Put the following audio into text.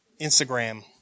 Instagram